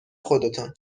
خودتان